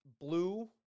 Blue